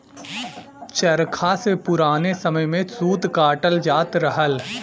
चरखा से पुराने समय में सूत कातल जात रहल